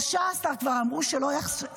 13% כבר אמרו שלא יחזרו.